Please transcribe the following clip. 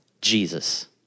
Jesus